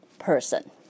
person